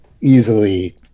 easily